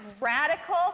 radical